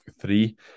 three